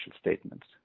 statements